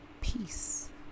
peace